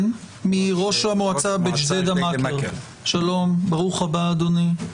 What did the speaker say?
ראש מועצת ג'דידה מכר, ברוך הבא אדוני.